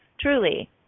truly